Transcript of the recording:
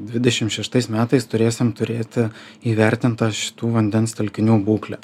dvidešim šeštais metais turėsim turėti įvertintą šitų vandens telkinių būklę